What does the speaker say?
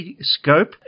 scope